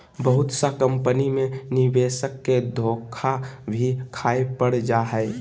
बहुत सा कम्पनी मे निवेशक के धोखा भी खाय पड़ जा हय